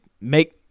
make